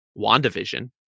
WandaVision